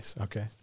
Okay